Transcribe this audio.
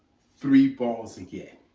three balls again.